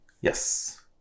Yes